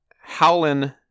Howlin